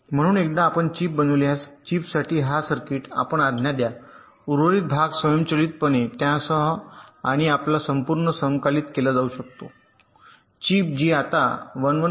म्हणून एकदा आपण चिप बनविल्यास चिपसाठी हा सर्किट आपण आज्ञा द्या उर्वरित उर्वरित भाग स्वयंचलितपणे त्यासह आणि आपला संपूर्ण समाकलित केला जाऊ शकतो चिप जी आता 1149